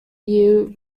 year